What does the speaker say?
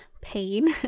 pain